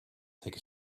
take